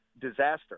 disaster